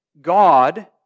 God